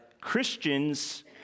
Christians